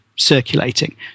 circulating